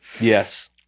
Yes